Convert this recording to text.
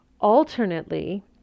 Alternately